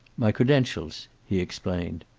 my credentials, he explained.